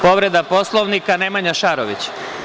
Povreda Poslovnika, Nemanja Šarović.